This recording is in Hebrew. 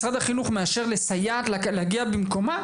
משרד החינוך מאשר לסייעת להגיע במקומה?